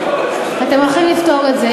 אנחנו הולכים לפתור את זה.